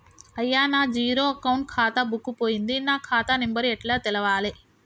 అయ్యా నా zero account ఖాతా బుక్కు పోయింది నా ఖాతా నెంబరు ఎట్ల తెలవాలే?